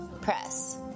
press